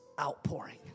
outpouring